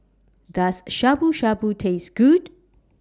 Does Shabu Shabu Taste Good